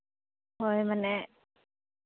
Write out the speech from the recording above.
ᱦᱳᱭ ᱢᱟᱱᱮ